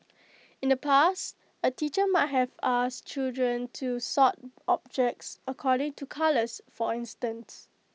in the past A teacher might have asked children to sort objects according to colours for instance